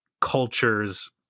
culture's